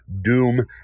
doom